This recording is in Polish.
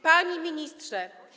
Panie Ministrze!